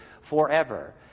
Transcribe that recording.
forever